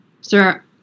Sir